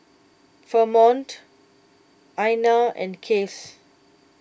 Fremont Ina and Case